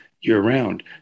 year-round